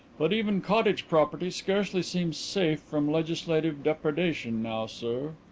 but even cottage property scarcely seems safe from legislative depredation now, sir.